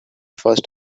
first